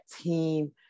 team